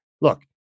Look